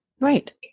Right